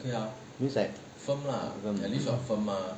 means that